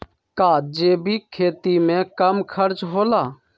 का जैविक खेती में कम खर्च होला?